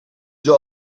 you